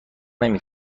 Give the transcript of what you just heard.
نمی